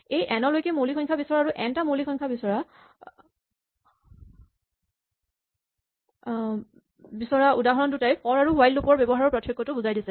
এই এন লৈকে মৌলিক সংখ্যা বিচৰা আৰু এন টা মৌলিক সংখ্যা বিচৰা উদাহৰণ দুটাই ফৰ আৰু হুৱাইল লুপ ৰ ব্যৱহাৰৰ পাৰ্থক্য বুজাই দিছে